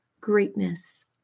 greatness